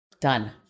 Done